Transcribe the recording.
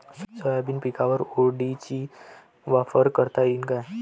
Soybean पिकावर ODT चा वापर करता येईन का?